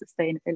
sustainability